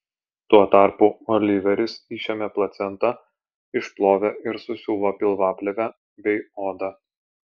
tuo tarpu oliveris išėmė placentą išplovė ir susiuvo pilvaplėvę bei odą